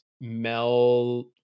Mel